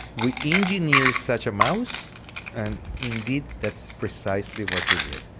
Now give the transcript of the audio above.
we engineered such a mouse and indeed that's precisely what you get.